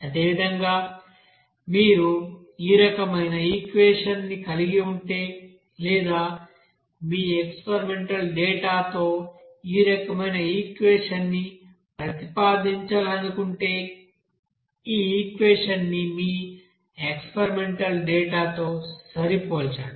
అదేవిధంగా మీరు ఈ రకమైన ఈక్వెషన్ ని కలిగి ఉంటే లేదా మీ ఎక్స్పెరిమెంటల్ డేటా తో ఈ రకమైన ఈక్వెషన్ ని ప్రతిపాదించాలనుకుంటే ఈ ఈక్వెషన్ ని మీ ఎక్స్పెరిమెంటల్ డేటా తో సరిపోల్చండి